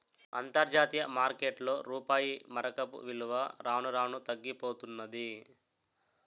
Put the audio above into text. అంతర్జాతీయ మార్కెట్లో రూపాయి మారకపు విలువ రాను రానూ తగ్గిపోతన్నాది